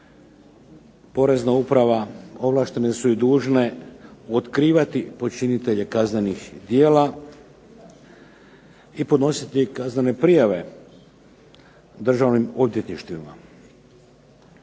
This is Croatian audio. Porezna uprava, ovlaštene su i dužne otkrivati počinitelje kaznenih djela, i podnositi kaznene prijave državnim odvjetništvima.